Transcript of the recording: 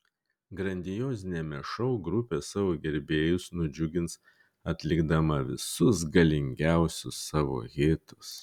grandioziniame šou grupė savo gerbėjus nudžiugins atlikdama visus galingiausius savo hitus